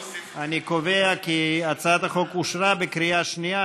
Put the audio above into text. אני בטוחה שגם משטרת ישראל מכירה את המשפחות האלה.